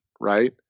right